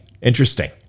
Interesting